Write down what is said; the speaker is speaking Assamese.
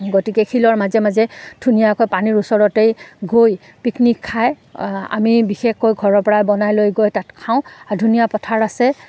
গতিকে শিলৰ মাজে মাজে ধুনীয়াকৈ পানীৰ ওচৰতেই গৈ পিকনিক খাই আমি বিশেষকৈ ঘৰৰ পৰাই বনাই লৈ গৈ তাত খাওঁ আ ধুনীয়া পথাৰ আছে